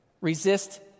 resist